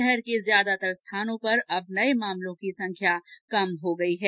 शहर के ज्यादातर स्थानों पर अब नये मामलों की संख्या कम हो गयी है